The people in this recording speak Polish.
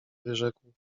wyrzekł